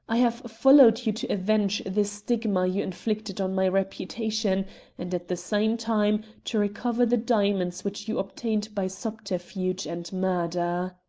i have followed you to avenge the stigma you inflicted on my reputation and at the same time to recover the diamonds which you obtained by subterfuge and murder.